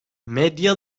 medya